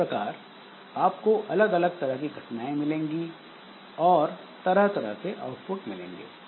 इस प्रकार आपको अलग अलग तरह की घटनाएं मिलेंगी और तरह तरह के आउटपुट मिलेंगे